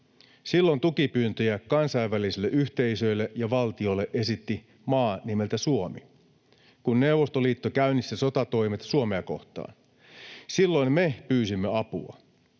Silloin tukipyyntöjä kansainvälisille yhteisöille ja valtioille esitti maa nimeltä Suomi, kun Neuvostoliitto käynnisti sotatoimet Suomea kohtaan. Silloin me pyysimme apua,